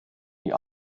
die